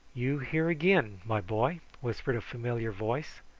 you here again, my boy! whispered a familiar voice.